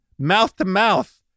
Mouth-to-mouth